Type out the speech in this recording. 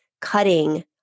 cutting